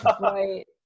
Right